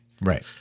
Right